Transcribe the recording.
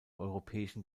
europäischen